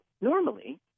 normally